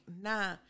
nah